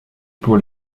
pour